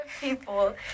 people